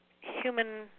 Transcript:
human